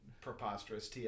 preposterous